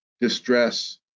distress